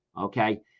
okay